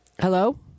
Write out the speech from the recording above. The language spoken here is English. Hello